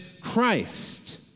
Christ